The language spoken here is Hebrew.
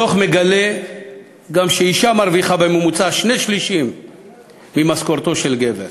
הדוח מגלה גם שאישה מרוויחה בממוצע שני-שלישים ממשכורתו של גבר.